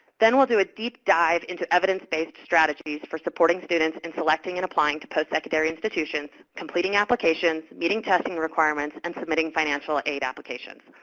then we'll do a deep dive into evidence-based strategies for supporting students in selecting and applying to postsecondary institutions, completing applications, meeting testing requirements, and submitting financial aid applications.